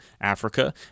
Africa